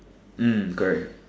mm correct